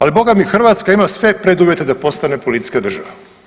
Ali bogami Hrvatska ima sve preduvjete da postane policijska država.